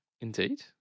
indeed